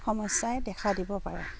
সমস্যাই দেখা দিব পাৰে